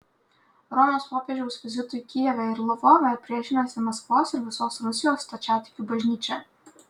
romos popiežiaus vizitui kijeve ir lvove priešinasi maskvos ir visos rusijos stačiatikių bažnyčia